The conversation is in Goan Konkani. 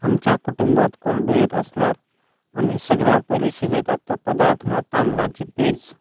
आमच्या कुटूंबांत कोण दुयेंत आसल्यार आमी सगल्यांत पयलीं शिजयतात तो पदार्थ म्हळ्यार तांदळाची पेज